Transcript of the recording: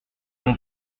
mon